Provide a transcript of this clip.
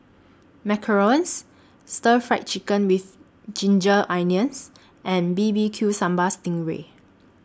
Macarons Stir Fried Chicken with Ginger Onions and B B Q Sambal Sting Ray